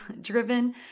driven